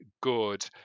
good